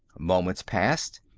moments passed,